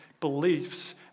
beliefs